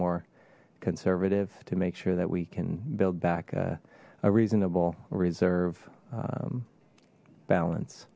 more conservative to make sure that we can build back a reasonable reserve balance